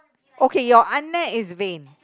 okay your ah-neh is vain